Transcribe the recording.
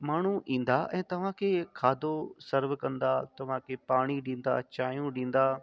माण्हूं ईंदा ऐं तव्हां खे खाधो सर्व कंदा तव्हां खे पाणी ॾींदा चांहियूं ॾींदा